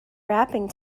wrapping